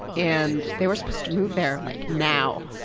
and they were supposed to move there like now.